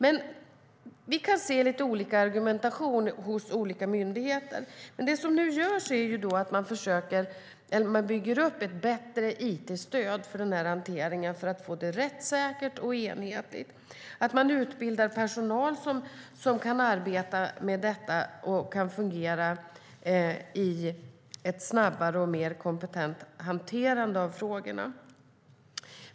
Vi kan alltså se lite olika argumentation hos olika myndigheter. Det som nu görs är att man bygger upp ett bättre it-stöd för hanteringen, för att få det rättssäkert och enhetligt. Man utbildar personal som kan arbeta med detta och kan fungera i ett snabbare och mer kompetent hanterande av frågorna.